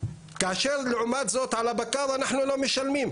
כאשר לעומת זאת על הבקר אנחנו לא משלמים.